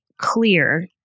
clear